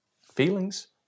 Feelings